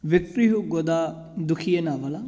victory ਦਾ ਦੁਖੀਏ novel ਆ